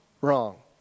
wrong